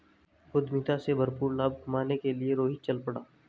उद्यमिता से भरपूर लाभ कमाने के लिए रोहित चल पड़ा